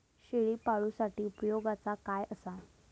शेळीपाळूसाठी उपयोगाचा काय असा?